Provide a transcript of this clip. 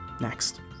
Next